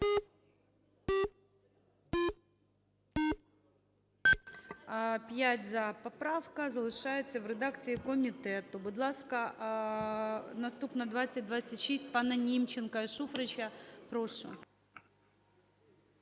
За-5 Поправка залишається в редакції комітету. Будь ласка, наступна 2026 пана Німченка і Шуфрича. Прошу.